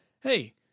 hey